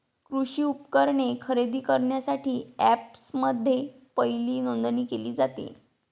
कृषी उपकरणे खरेदी करण्यासाठी अँपप्समध्ये पहिली नोंदणी केली जाते